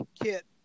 kit